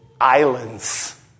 islands